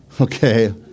Okay